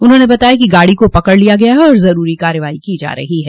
उन्होंने बताया कि गाड़ी को पकड़ लिया गया है और जरूरी कार्रवाई की जा रही है